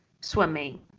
swimming